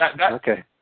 okay